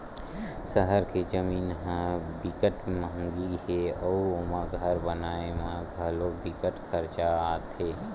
सहर के जमीन ह बिकट मंहगी हे अउ ओमा घर बनाए म घलो बिकट खरचा आथे